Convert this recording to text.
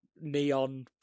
neon